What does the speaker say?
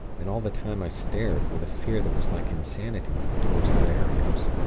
and all the time i stared, with a fear that was like insanity, toward the barriers.